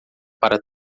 para